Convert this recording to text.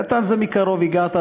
הרי אתה זה מקרוב הגעת,